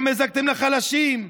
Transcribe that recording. גם הזקתם לחלשים.